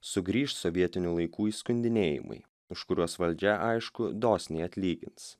sugrįš sovietinių laikų įskundinėjimai už kuriuos valdžia aišku dosniai atlygins